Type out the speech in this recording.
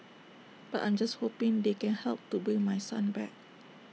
but I'm just hoping they can help to bring my son back